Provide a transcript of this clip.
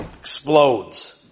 explodes